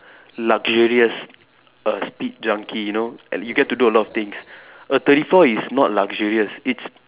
luxurious err speed junky you know at you get to do a lot of things a thirty four is not luxurious it's